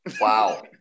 Wow